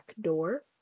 door